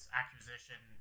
acquisition